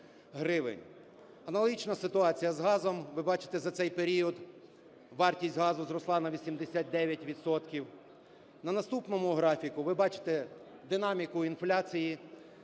Аналогічна ситуація з газом. Ви бачите, за цей період вартість газу зросла на 89 відсотків. На наступному графіку ви бачите динаміку інфляції,